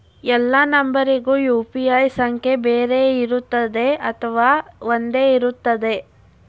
ಎಲ್ಲಾ ನಂಬರಿಗೂ ಯು.ಪಿ.ಐ ಸಂಖ್ಯೆ ಬೇರೆ ಇರುತ್ತದೆ ಅಥವಾ ಒಂದೇ ಇರುತ್ತದೆ?